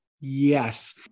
yes